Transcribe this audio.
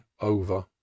over